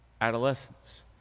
adolescence